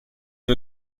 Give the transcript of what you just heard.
une